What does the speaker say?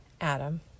Adam